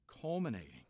Culminating